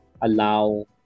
allow